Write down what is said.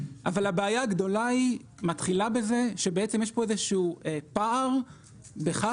אבל הבעיה הגדולה מתחילה בזה שבעצם יש פה איזשהו פער בכך